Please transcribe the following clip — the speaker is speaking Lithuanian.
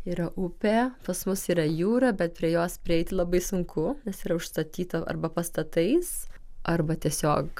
yra upė pas mus yra jūra bet prie jos prieiti labai sunku nes yra užstatyta arba pastatais arba tiesiog